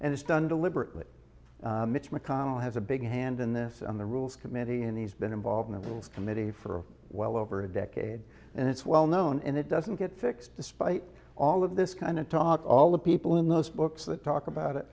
and it's done deliberately mitch mcconnell has a big hand in this on the rules committee and he's been involvement rules committee for a well over a decade and it's well known and it doesn't get fixed despite all of this kind of talk all the people in those books that talk about it